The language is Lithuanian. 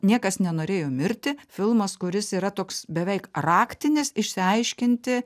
niekas nenorėjo mirti filmas kuris yra toks beveik raktinis išsiaiškinti